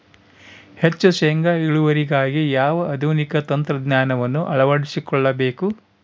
ಹೆಚ್ಚು ಶೇಂಗಾ ಇಳುವರಿಗಾಗಿ ಯಾವ ಆಧುನಿಕ ತಂತ್ರಜ್ಞಾನವನ್ನು ಅಳವಡಿಸಿಕೊಳ್ಳಬೇಕು?